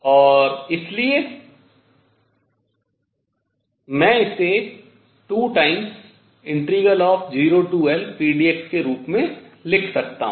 और इसलिए मैं इसे 20Lpdx के रूप में लिख सकता हूँ